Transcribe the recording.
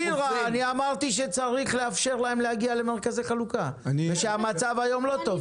אמרתי שצריך לאפשר להם להגיע למרכזי חלוקה ושהמצב היום לא טוב.